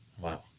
Wow